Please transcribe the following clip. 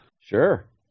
Sure